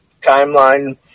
Timeline